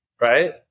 Right